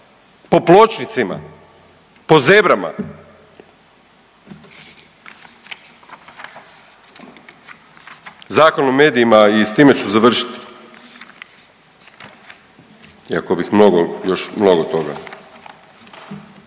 po pločnicima, po zebrama. Zakon o medijima i s time ću završit iako bih mogao još mnogo toga.